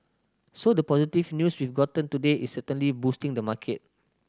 so the positive news we've gotten today is certainly boosting the market